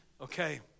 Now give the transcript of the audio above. Okay